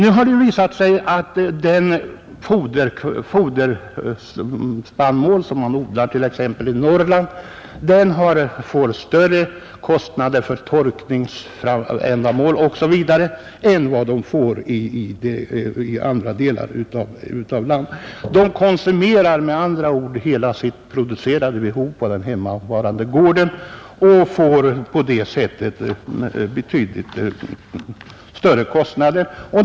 Nu har det visat sig att den foderspannmål som odlas i Norrland kräver större kostnader för torkning osv. än vad fallet är i andra delar av landet. Man konsumerar med andra ord hela sin produktion på hemmagården och får på det sättet betydligt större kostnader.